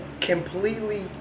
completely